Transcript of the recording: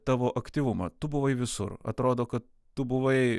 tavo aktyvumą tu buvai visur atrodo kad tu buvai